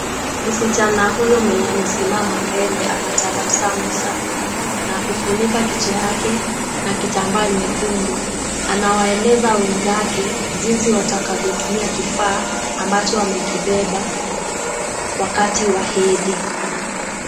Msichana huyo mwenye amesimama mbele anatabasamu sana na kufunika kichwa yake na kitambaa nyekundu, anawaeleza wenzake jinsi watakavyo tumia kifaa ambacho amekibeba, wakati wa hedhi.